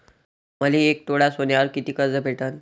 मले एक तोळा सोन्यावर कितीक कर्ज भेटन?